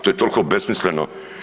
To je toliko besmisleno.